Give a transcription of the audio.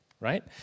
right